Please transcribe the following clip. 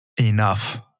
Enough